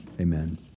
Amen